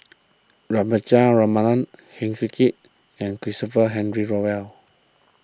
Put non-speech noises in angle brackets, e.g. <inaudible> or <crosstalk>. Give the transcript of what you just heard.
<unintelligible> Heng Swee Keat and Christopher Henry Rothwell